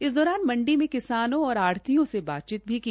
इस दौरान मंडी मैं किसानों और आढ़ितयों से बातचीत की